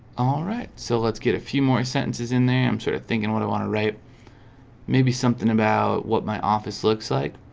all right, so let's get a few more sentences in there i'm sort of thinking what i want to write maybe something about what my office looks like